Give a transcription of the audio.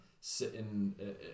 sitting